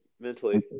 mentally